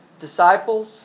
disciples